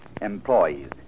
employees